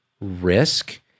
risk